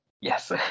Yes